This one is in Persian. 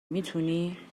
میتونی